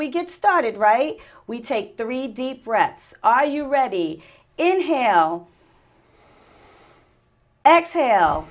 we get started right we take the read deep breaths are you ready inhale exhale